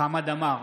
חמד עמאר,